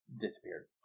disappeared